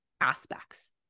aspects